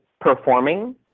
performing